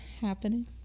happening